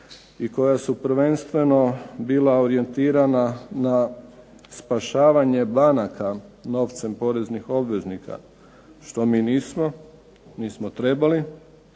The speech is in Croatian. i koja su prvenstveno bila orijentirana na spašavanje banaka novcem poreznih obveznika, što mi nismo trebali,